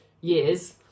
years